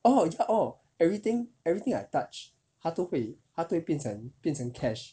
orh ya orh everything everything I touch 它都会它都会变成变成 cash